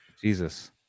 Jesus